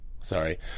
sorry